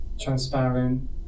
transparent